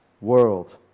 world